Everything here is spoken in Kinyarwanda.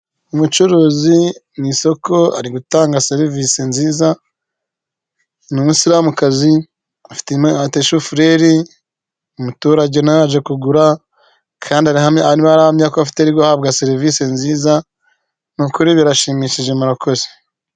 Umucuruzi mu isoko ari gutanga serivisi nziza, ni umusilamukazi afite shufureri, umuturage nawe aje kugura kandi arimo ahamya ko ari guhabwa serivisi nziza, ni ukuri birashimishije, murakoze.